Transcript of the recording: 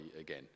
again